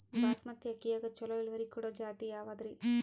ಬಾಸಮತಿ ಅಕ್ಕಿಯಾಗ ಚಲೋ ಇಳುವರಿ ಕೊಡೊ ಜಾತಿ ಯಾವಾದ್ರಿ?